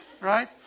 Right